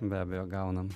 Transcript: be abejo gaunam